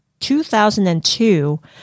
2002